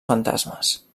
fantasmes